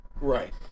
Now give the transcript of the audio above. Right